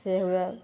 छै हौअए